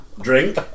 Drink